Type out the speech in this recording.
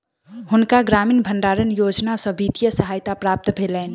हुनका ग्रामीण भण्डारण योजना सॅ वित्तीय सहायता प्राप्त भेलैन